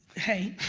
hey.